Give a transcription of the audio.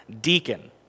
deacon